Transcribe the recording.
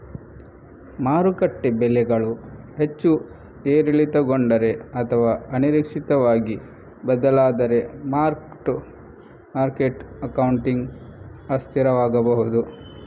ಮಾರುಕಟ್ಟೆ ಬೆಲೆಗಳು ಹೆಚ್ಚು ಏರಿಳಿತಗೊಂಡರೆ ಅಥವಾ ಅನಿರೀಕ್ಷಿತವಾಗಿ ಬದಲಾದರೆ ಮಾರ್ಕ್ ಟು ಮಾರ್ಕೆಟ್ ಅಕೌಂಟಿಂಗ್ ಅಸ್ಥಿರವಾಗಬಹುದು